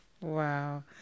Wow